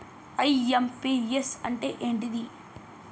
IMPS అంటే ఏంటిది?